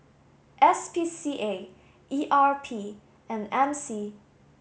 S P C A E R P and M C